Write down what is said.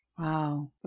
Wow